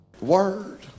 Word